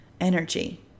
energy